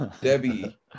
Debbie